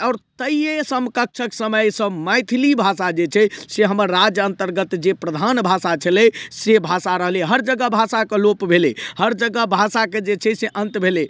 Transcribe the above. आओर तैहिये समकक्षक समयसँ मैथिली भाषा जे छै से हमर राज्य अन्तर्गत जे प्रधान भाषा छलै से भाषा रहलइ हर जगह भाषाके लोप भेलय हर जगह भाषाके जे छै से अन्त भेलय